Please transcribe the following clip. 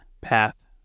path